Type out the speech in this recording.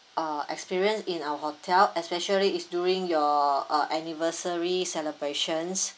uh experience in our hotel especially is during your uh anniversary celebrations